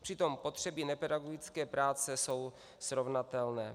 Přitom potřeby nepedagogické práce jsou srovnatelné.